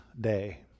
day